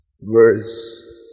verse